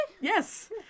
Yes